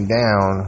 down